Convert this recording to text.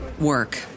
work